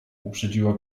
uprzedziła